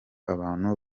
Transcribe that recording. abantu